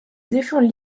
défend